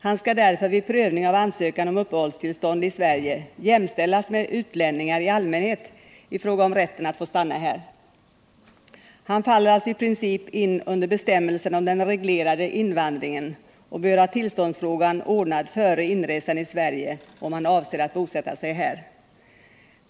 Han skall därför vid prövning av ansökan om uppehållstillstånd i Sverige jämställas med utlänningar i allmänhet i fråga om rätten att få stanna här. Han faller alltså i princip in under bestämmelserna om den reglerade invandringen och bör ha tillståndsfrågan ordnad före inresan i Sverige om han avser att bosätta sig här.